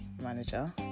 manager